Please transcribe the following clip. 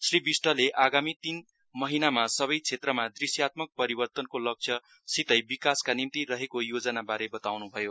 श्री विष्टले आगामी तीन महिनामा सबै क्षेत्रमा दुश्यात्मक परिवर्तनको लक्ष्य सितै विकासका निम्ति रहेको योजनाबारे बताउनु भयो